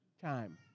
time